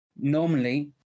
normally